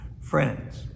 Friends